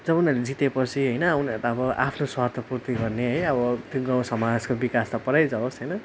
जब उनीहरूले जिते पछि होइन उनीहरू त अब आफ्नो स्वार्थ पूर्ति गर्ने है अब त्यो गाउँ समाजको विकास त परै जावोस् होइन